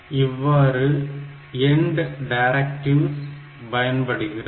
இவ்வாறு end directives பயன்படுகிறது